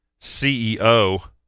CEO